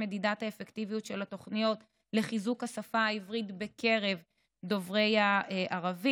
מדידת האפקטיביות של התוכניות לחיזוק השפה העברית בקרב דוברי הערבית.